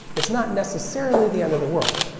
it's not necessarily the end of the world.